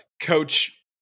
Coach